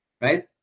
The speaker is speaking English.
right